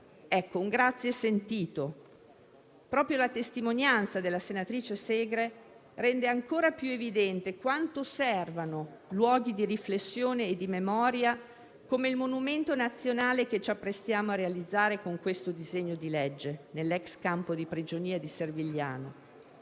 un grazie sentito. Proprio la testimonianza della senatrice Segre rende ancora più evidente quanto servano luoghi di riflessione e di memoria come il monumento nazionale che ci apprestiamo a realizzare con questo disegno di legge nell'*ex* campo di prigionia di Servigliano.